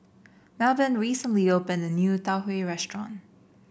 Melbourne recently opened a new Tau Huay restaurant